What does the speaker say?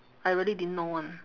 I really didn't know [one]